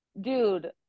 dude